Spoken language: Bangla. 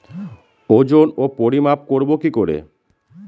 ওজন ও পরিমাপ করব কি করে?